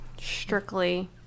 strictly